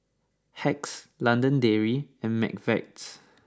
Hacks London Dairy and McVitie's